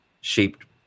shaped